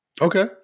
Okay